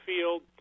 field